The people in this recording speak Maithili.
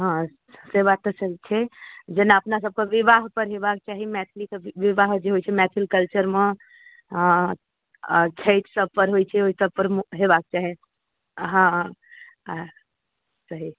हँ से बात तऽ सही छै जेना अपनासबके विवाहपर हेबाक चाही मैथिलीके विवाह जे होइ छै मैथिल कल्चरमे अँ आओर छठि सबपर होइ छै ओहिसबपर हेबाक चाही हँ हँ हँ सही